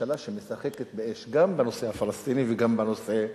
ממשלה שמשחקת באש גם בנושא הפלסטיני וגם בנושא האירני.